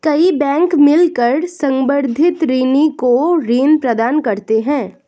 कई बैंक मिलकर संवर्धित ऋणी को ऋण प्रदान करते हैं